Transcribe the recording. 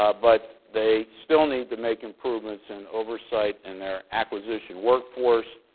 ah but they still need to make improvements in oversight in their acquisition workforce.